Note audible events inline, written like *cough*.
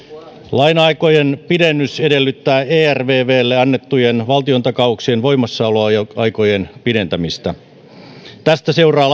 laina aikojen pidennys edellyttää ervvlle annettujen valtiontakauksien voimassaoloaikojen pidentämistä tästä seuraa *unintelligible*